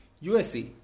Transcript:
USA